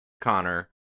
Connor